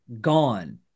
gone